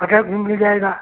अदरक भी मिल जाएगा